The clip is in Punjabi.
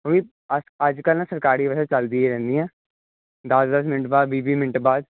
ਕੋਈ ਅੱਜ ਕੱਲ੍ਹ ਨਾ ਸਰਕਾਰੀ ਵੈਸੇ ਚੱਲਦੀ ਰਹਿੰਦੀਆ ਦਸ ਦਸ ਮਿੰਟ ਬਾਅਦ ਵੀਹ ਵੀਹ ਮਿੰਟ ਬਾਅਦ